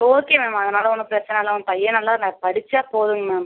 okay ma'am அதனால ஒன்றும் பிரச்சனைலாம் இல்லை மேம் பையன் நல்லா படித்தா போதுங்க மேம்